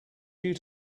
due